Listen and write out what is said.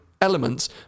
elements